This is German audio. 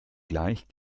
gleich